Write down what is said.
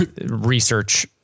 research